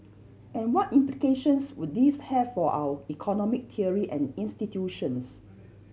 and what implications would this have for our economic theory and institutions